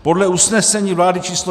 Podle usnesení vlády číslo 1127...